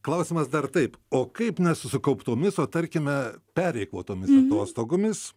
klausimas dar taip o kaip ne su sukauptomis o tarkime pereikvotomis atostogomis